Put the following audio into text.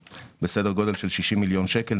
בסדר גודל של 60 מיליון שקל,